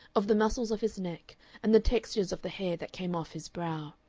of the muscles of his neck and the textures of the hair that came off his brow,